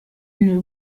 une